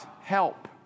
help